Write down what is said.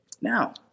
Now